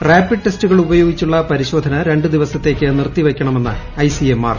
rapid ടെസ്റ്റുകൾ ഉപയോഗിച്ചുള്ള പരിശോധന ്രണ്ട് ദിവസത്തേയ്ക്ക് നിർത്തിവയ്ക്കണമെന്ന് ഐസ്റ്റിഎംആർ